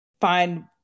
find